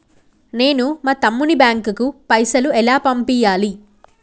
నేను మా తమ్ముని బ్యాంకుకు పైసలు ఎలా పంపియ్యాలి?